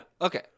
okay